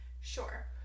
Sure